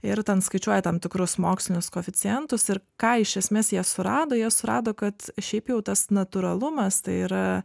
ir ten skaičiuoja tam tikrus mokslinius koeficientus ir ką iš esmės jie surado jie surado kad šiaip jau tas natūralumas tai yra